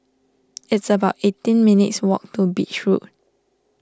it's about eighteen minutes walk to Beach Road